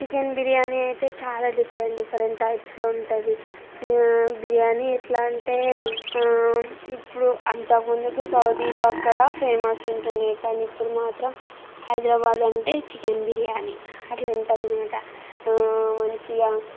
chicken biryani అయితే చాలా different different టైప్స్లో ఉంటుంది చి బిర్యానీ ఎట్లా అంటే ఇప్పుడు అంతకుముందుకు సౌదీలో అక్కడ ఫేమస్ ఉంటుండే కానీ ఇప్పుడు మాత్రం హైదరాబాదు అంటే చికెన్ బిర్యానీ అట్లుంటుందనమాట మంచిగా